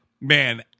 man